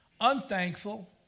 unthankful